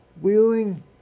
Wheeling